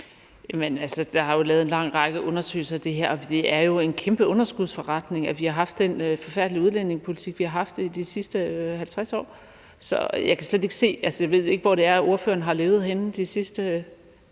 Jamen der er jo lavet en lang række undersøgelser af det her, og det er en kæmpe underskudsforretning, at vi har haft den forfærdelige udlændingepolitik, vi har haft i de sidste 50 år. Så jeg kan slet ikke se det. Jeg ved ikke, hvor det er, ordføreren har levet henne de sidste